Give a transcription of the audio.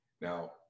now